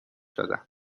دادم